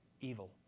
evil